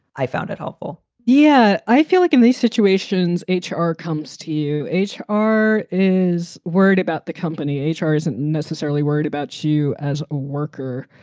i found it helpful yeah, i feel like in these situations, h r. comes to u. h. r. is worried about the company. h r. isn't necessarily worried about you as a worker.